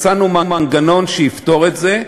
מצאנו מנגנון שיפתור את זה: